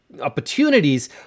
opportunities –